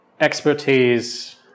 expertise